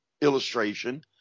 illustration